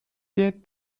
der